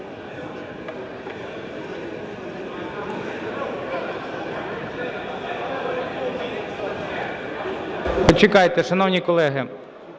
Почекайте, шановні колеги,